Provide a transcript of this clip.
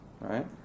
right